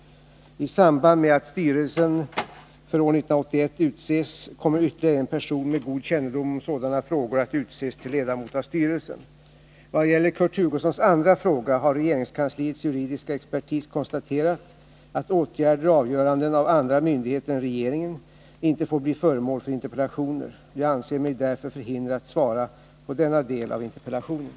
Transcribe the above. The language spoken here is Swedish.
I samband med att styrelsen för år 1981 utses kommer ytterligare en person med god kännedom om sådana frågor att utses till ledamot av styrelsen. Vad gäller Kurt Hugossons andra fråga har regeringskansliets juridiska expertis konstaterat att åtgärder och avgöranden av andra myndigheter än regeringen inte får bli föremål för interpellationer. Jag anser mig därför förhindrad att svara på denna del av interpellationen.